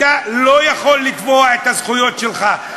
אתה לא יכול לתבוע את הזכויות שלך,